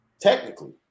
Technically